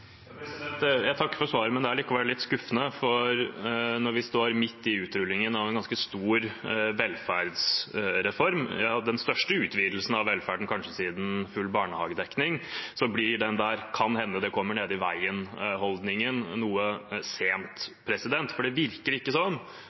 Jeg takker for svaret, men det er likevel litt skuffende, for når vi står midt i utrullingen av en ganske stor velferdsreform – ja, kanskje den største utvidelsen av velferden siden full barnehagedekning – blir den der «kan hende det kommer nede i veien»-holdningen noe sent. For det virker ikke som